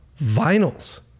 vinyls